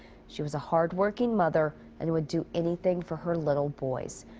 she was a hard working mother and would do anything for her little boys.